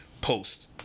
post